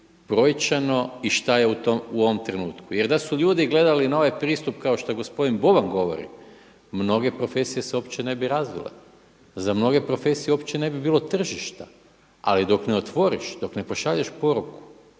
brojčano i šta je u ovom trenutku. Jer da su ljudi gledali na ovaj pristup kao što gospodin Boban govori mnoge profesije se uopće ne bi razvile, za mnoge profesije uopće ne bi bilo tržišta. Ali dok ne otvoriš, dok ne pošalješ poruku,